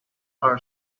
our